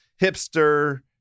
hipster